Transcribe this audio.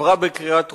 עברה בקריאה טרומית,